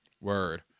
Word